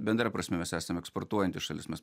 bendra prasme mes esam eksportuojanti šalis mes